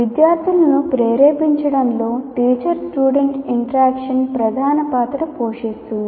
విద్యార్థులను ప్రేరేపించడంలో teacher student interaction ప్రధాన పాత్ర పోషిస్తుంది